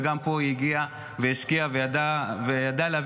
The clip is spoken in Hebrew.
וגם פה היא הגיעה והשקיעה וידעה להביא